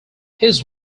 his